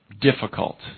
difficult